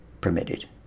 permitted